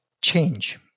change